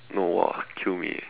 no !wah! kill me eh